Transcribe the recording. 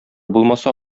булмаса